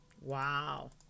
Wow